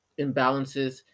imbalances